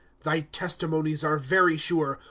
thy testimonies are very sure.